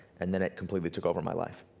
and then it completely took over my life.